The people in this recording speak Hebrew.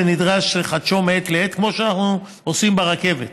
ונדרש לחדשו מעת לעת, כמו שאנחנו עושים ברכבת: